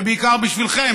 ובעיקר בשבילכם,